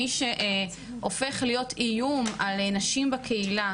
מי שהופך להיות איום על נשים בקהילה,